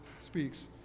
speaks